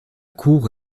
cour